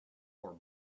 for